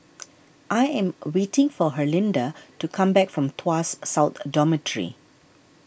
I am waiting for Herlinda to come back from Tuas South a Dormitory